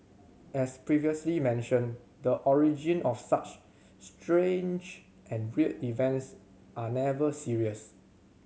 as previously mentioned the origin of such strange and weird events are never serious